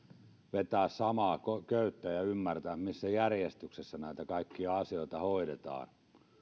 vetää samaa köyttä ja ymmärtää missä järjestyksessä näitä kaikkia asioita hoidetaan